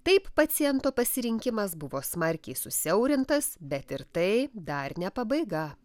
taip paciento pasirinkimas buvo smarkiai susiaurintas bet ir tai dar ne pabaiga